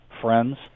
friends